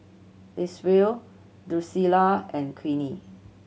Isreal Drucilla and Queenie